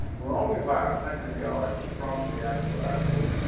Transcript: we were only about a hundred yards from the actual airport,